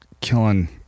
killing